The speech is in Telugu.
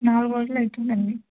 నాలుగు రోజులు ఆవుతుందండి